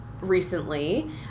recently